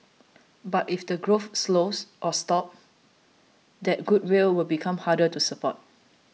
but if the growth slows or stops that goodwill will become harder to support